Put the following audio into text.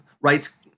rights